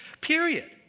Period